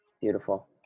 beautiful